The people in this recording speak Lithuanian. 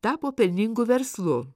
tapo pelningu verslu